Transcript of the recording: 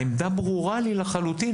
העמדה ברורה לי לחלוטין.